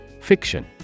Fiction